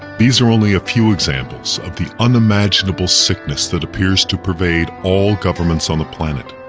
these are only a few examples of the unimaginable sickness that appears to pervade all governments on the planet.